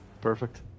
Perfect